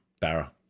barra